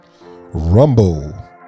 Rumble